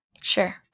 Sure